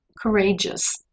courageous